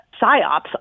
psyops